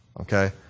okay